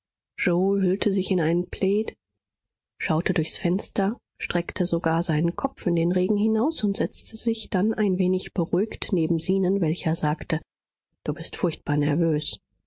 yoe hüllte sich in einen plaid schaute durchs fenster streckte sogar seinen kopf in den regen hinaus und setzte sich dann ein wenig beruhigt neben zenon welcher sagte du bist furchtbar nervös